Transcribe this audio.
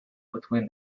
between